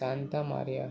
santa maria